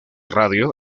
radio